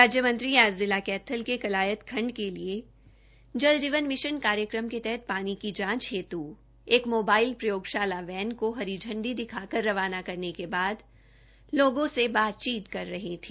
राज्य मंत्री आज जिला कैथल के कलायत खण्ड के लिए जल जीवन मिशन कार्यक्रम के तहत पानी की जांच हेतु एक मोबाइल प्रयोगशाला वैन को हरी झंडी दिखाकर रवाना करने के बाद लोगों से बातचीत कर रही थी